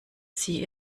sie